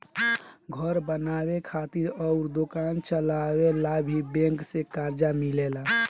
घर बनावे खातिर अउर दोकान चलावे ला भी बैंक से कर्जा मिलेला